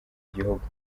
gihugu